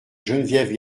geneviève